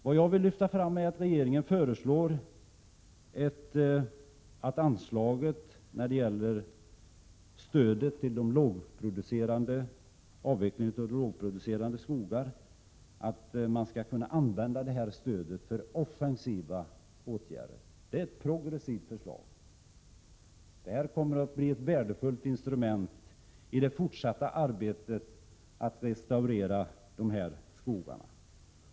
Vad jag vill lyfta fram är att regeringen föreslår att anslaget för stöd till avveckling av lågproducerande skogar skall kunna användas för offensiva åtgärder. Det är ett progressivt förslag. Sådana åtgärder kommer att bli ett värdefullt instrument i det fortsatta arbetet med att restaurera dessa skogar.